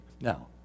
Now